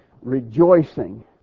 rejoicing